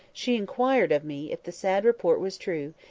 she inquired of me if the sad report was true,